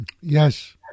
Yes